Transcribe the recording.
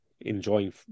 enjoying